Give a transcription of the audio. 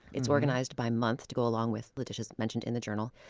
it's organized by month to go along with the dishes mentioned in the journal.